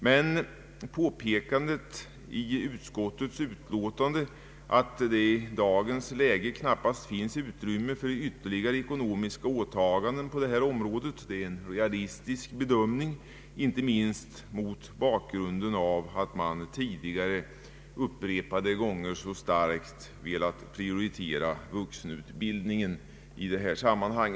Men påpekandet i utskottets utlåtande att det i dagens läge knappast finns utrymme för ytterligare ekonomiska åtaganden på detta område är en realistisk bedömning, inte minst mot bakgrunden av att man tidigare upprepade gånger så starkt har velat prioritera vuxenutbildningen i detta sammanhang.